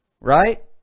right